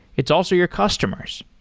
it's also your customers.